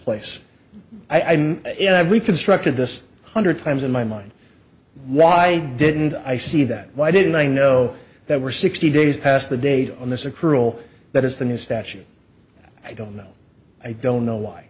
place i mean if i've reconstructed this hundred times in my mind why didn't i see that why didn't i know that we're sixty days past the date on this accrual that is the new statute i don't know i don't know why